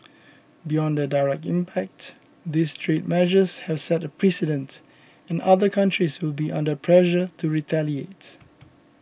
beyond their direct impact these trade measures have set a precedent and other countries will be under pressure to retaliate